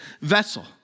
vessel